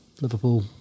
Liverpool